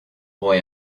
boy